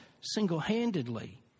single-handedly